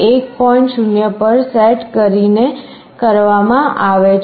0 પર સેટ કરીને કરવામાં આવે છે